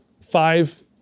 five